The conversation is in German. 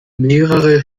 mehrere